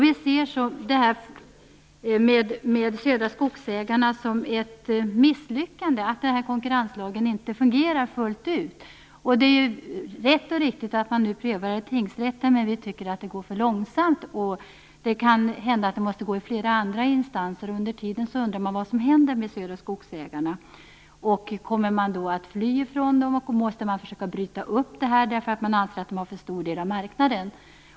Vi ser det här med Södra Skogsägarna som ett misslyckande, som att konkurrenslagen inte fungerar fullt ut. Det är rätt och riktigt att detta nu prövas i tingsrätten, men vi tycker att det går för långsamt. Det kan hända att det måste gå till flera andra instanser, och vad händer då med Södra Skogsägarna under tiden? Kommer man då att fly från dem? Måste man försöka bryta upp det här, därför att man anser att de har för stor del av marknaden?